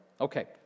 okay